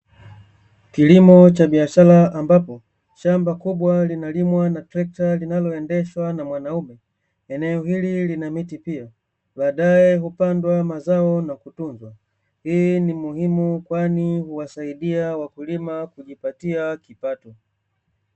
Kilimo cha biashara, ambapo shamba kubwa linalimwa na trekta linaloendeshwa na mwanaume. Eneo hili lina miti pia, baadaye hupandwa mazao na kutunzwa. Hii ni muhimu kwani huwasaidia wakulima kujipatia kipato.